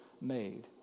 made